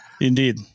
Indeed